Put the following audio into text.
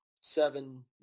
seven